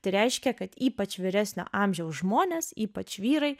tai reiškia kad ypač vyresnio amžiaus žmonės ypač vyrai